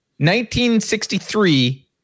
1963